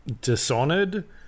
Dishonored